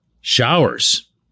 showers